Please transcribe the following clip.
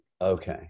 Okay